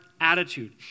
attitude